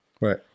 Right